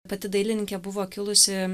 pati dailininkė buvo kilusi